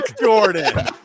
Jordan